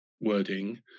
wording